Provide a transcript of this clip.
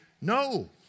no